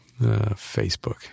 Facebook